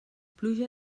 pluja